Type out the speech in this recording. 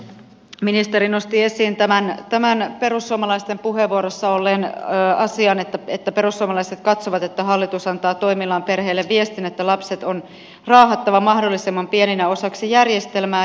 ministeri nosti esiin tämän perussuomalaisten puheenvuorossa olleen asian että perussuomalaiset katsovat että hallitus antaa toimillaan perheille viestin että lapset on raahattava mahdollisimman pieninä osaksi järjestelmää